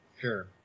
Sure